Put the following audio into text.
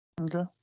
Okay